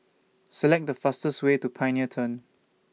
Select The fastest Way to Pioneer Turn